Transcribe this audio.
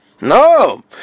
No